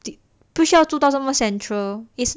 不需要住到这么 central